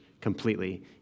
completely